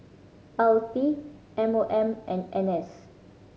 L T M O M and N S